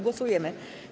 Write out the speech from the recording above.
Głosujemy.